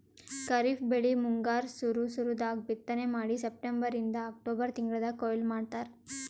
ಖರೀಫ್ ಬೆಳಿ ಮುಂಗಾರ್ ಸುರು ಸುರು ದಾಗ್ ಬಿತ್ತನೆ ಮಾಡಿ ಸೆಪ್ಟೆಂಬರಿಂದ್ ಅಕ್ಟೋಬರ್ ತಿಂಗಳ್ದಾಗ್ ಕೊಯ್ಲಿ ಮಾಡ್ತಾರ್